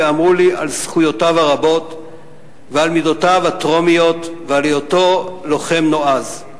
ואמרו לי על זכויותיו הרבות ועל מידותיו התרומיות ועל היותו לוחם נועז.